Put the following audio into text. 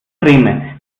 brehme